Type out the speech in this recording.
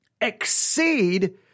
exceed